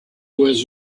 was